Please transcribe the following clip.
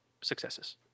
successes